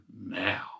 now